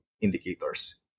indicators